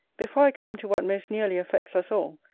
before i come to what most nearly affects us all,